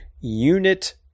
unit